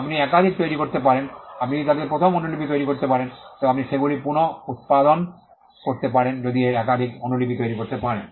আপনি একাধিক তৈরি করতে পারেন আপনি যদি তাদের প্রথম অনুলিপি তৈরি করতে পারেন তবে আপনি সেগুলি পুনঃ উত্পাদন করতে পারেন যদি এর একাধিক অনুলিপি তৈরি করতে পারেন